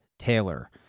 Taylor